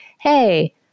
hey